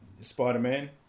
Spider-Man